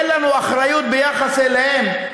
אין לנו אחריות ביחס אליהם,